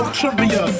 trivia